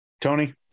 Tony